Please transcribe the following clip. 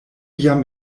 jam